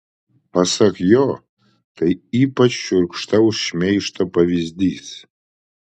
pasak jo tai ypač šiurkštaus šmeižto pavyzdys